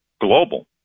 global